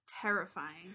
terrifying